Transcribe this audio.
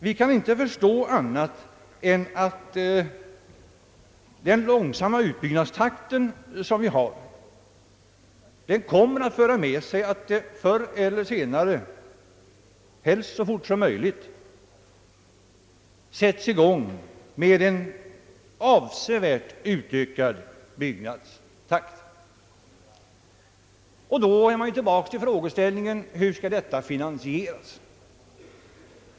Vi kan inte förstå annat än att den långsamma utbyggnadstakt som nu tilllämpas kommer att innebära att byggandet förr eller senare — helst så snart som möjligt — avsevärt måste påskyndas, och då är vi ju tillbaka i frågeställningen hur detta skall finansieras.